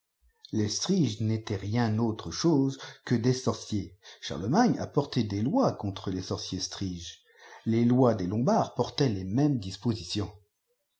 les striges n'étaient rien antre chose que am sorciers cbarlenmgne a porté des uhs contre les sorciers striges les lois des lombards portaient les mêmes dispositions